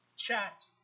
Chat